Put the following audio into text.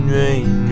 rain